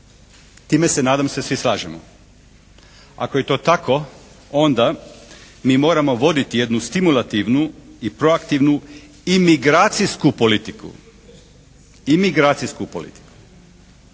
Time se nadam se svi slažemo. Ako je to tako onda mi moramo voditi jednu stimulativnu i proaktivnu imigracijsku politiku. Imigracijsku politiku.